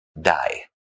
die